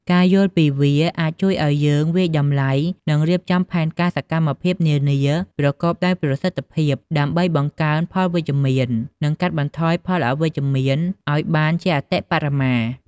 ការយល់ដឹងពីវា អាចជួយឱ្យយើងវាយតម្លៃ និងរៀបចំផែនការសកម្មភាពនានាប្រកបដោយប្រសិទ្ធភាព ដើម្បីបង្កើនផលវិជ្ជមាន និងកាត់បន្ថយផលអវិជ្ជមានឱ្យបានជាអតិបរមា។